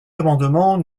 amendement